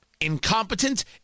Incompetent